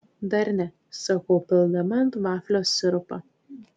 dar ne sakau pildama ant vaflio sirupą